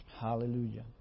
Hallelujah